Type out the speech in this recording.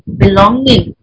belonging